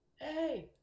hey